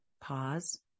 pause